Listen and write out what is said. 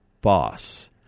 boss